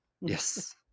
Yes